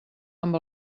amb